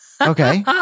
okay